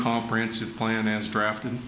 comprehensive plan as drafted